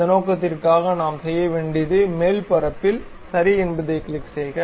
அந்த நோக்கத்திற்காக நாம் செய்ய வேண்டியது மேற்பரப்பில் சரி என்பதைக் கிளிக் செய்க